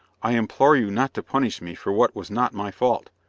i implore you not to punish me for what was not my fault,